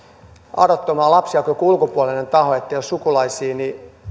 adoptoimaan lapsia kuin joku ulkopuolinen taho ettei ole sukulaisia